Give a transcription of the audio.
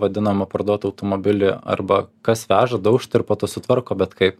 vadinamo parduot automobilį arba kas veža daužtą ir po to sutvarko bet kaip